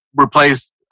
replace